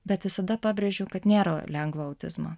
bet visada pabrėžiu kad nėra lengvo autizmo